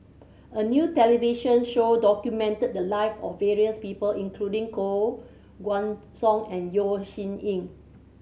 a new television show documented the lives of various people including Koh Guan Song and Yeo Shih Yun